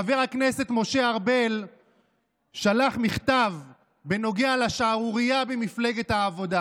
חבר הכנסת משה ארבל שלח מכתב בנוגע לשערורייה במפלגת העבודה.